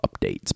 updates